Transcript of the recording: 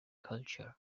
culture